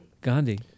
Gandhi